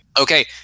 Okay